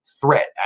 threat